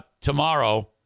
tomorrow